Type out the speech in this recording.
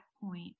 point